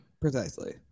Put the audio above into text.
Precisely